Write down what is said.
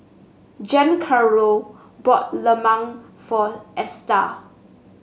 Giancarlo bought lemang for Esta